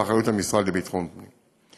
באחריות המשרד לביטחון פנים.